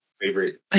favorite